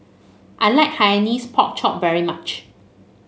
I like Hainanese Pork Chop very much